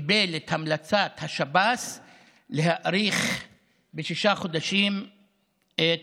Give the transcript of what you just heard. קיבל את המלצת השב"ס להאריך בשישה חודשים את